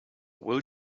will